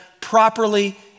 properly